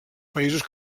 països